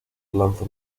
lanzó